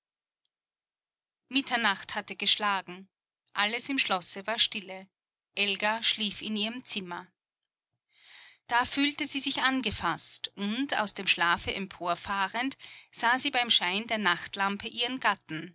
mitternacht hatte geschlagen alles im schlosse war stille elga schlief in ihrem zimmer da fühlte sie sich angefaßt und aus dem schlafe emporfahrend sah sie beim schein der nachtlampe ihren gatten